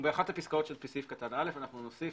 הפסקאות של סעיף קטן (א) נוסיף